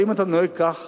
האם אתה נוהג כך